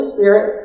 Spirit